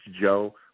Joe